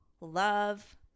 love